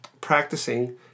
practicing